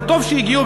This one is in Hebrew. וטוב שהגיעו,